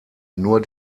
nur